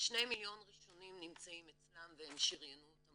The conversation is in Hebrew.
שני מיליון ראשונים נמצאים אצלם והם שריינו אותם